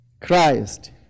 Christ